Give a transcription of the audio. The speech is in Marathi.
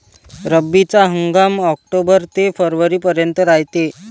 रब्बीचा हंगाम आक्टोबर ते फरवरीपर्यंत रायते